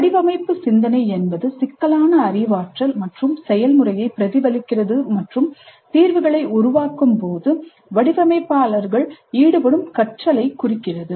வடிவமைப்பு சிந்தனை என்பது சிக்கலான அறிவாற்றல் மற்றும் செயல்முறையை பிரதிபலிக்கிறது மற்றும் தீர்வுகளை உருவாக்கும் போது வடிவமைப்பாளர்கள் ஈடுபடும் கற்றலை குறிக்கிறது